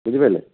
ବୁଝିପାରିଲେ